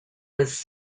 was